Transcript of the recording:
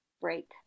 break